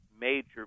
major